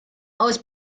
aus